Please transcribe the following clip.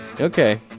Okay